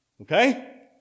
Okay